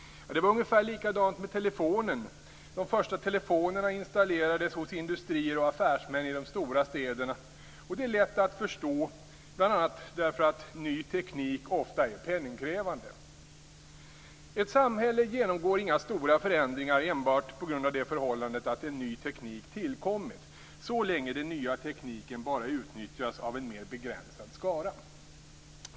Det var ungefär likadant med telefonen. De första telefonerna installerades hos industrier och affärsmän i de stora städerna. Och det är lätt att förstå bl.a. därför att ny teknik ofta är penningkrävande. Ett samhälle genomgår inga stora förändringar enbart på grund av det förhållandet att en ny teknik tillkommit, så länge den nya tekniken bara utnyttjas av en mer begränsad skara.